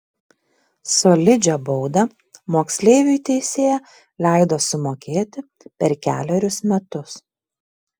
solidžią baudą moksleiviui teisėja leido sumokėti per kelerius metus